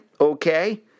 Okay